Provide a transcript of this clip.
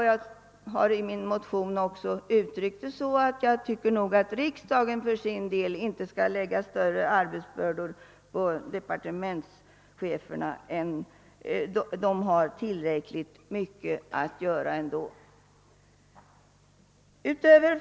Jag har i min motion uttryckt det så, att jag tycker att riksdagen inte bör lägga större arbetsbörda på departementscheferna — de har tillräckligt mycket att göra ändå.